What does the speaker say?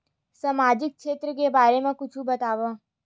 सामाजिक क्षेत्र के बारे मा कुछु बतावव?